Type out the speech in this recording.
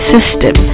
System